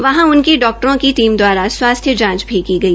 वहां उनकी डाक्टरों की टीम दवारा स्वास्थ्य जांच भी की गई